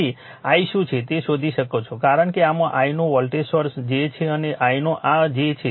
તેથી i શું છે તે શોધી શકો છો કારણ કે આમાં i નો વોલ્ટેજ સોર્સ j છે અને i નો આ j છે